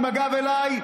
עם הגב אליי,